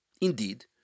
Indeed